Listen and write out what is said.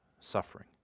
suffering